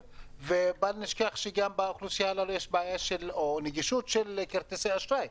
ובל נשכח שגם באוכלוסייה הזו יש בעיה של נגישות לכרטיס אשראי,